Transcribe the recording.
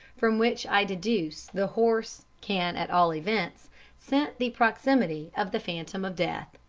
from which i deduce the horse can at all events scent the proximity of the phantom of death.